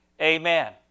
Amen